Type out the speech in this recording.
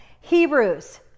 Hebrews